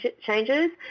changes